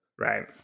Right